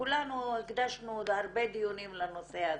וכולנו הקדשנו הרבה דיונים לנושא הזה.